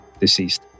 deceased